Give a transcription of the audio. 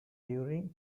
during